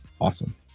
awesome